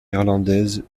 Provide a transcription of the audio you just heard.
irlandaise